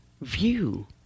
view